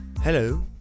Hello